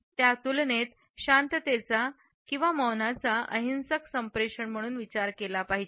त्या तुलनेत शांततेचा अहिंसक संप्रेषण म्हणून विचार केला पाहिजे